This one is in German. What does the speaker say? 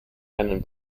einen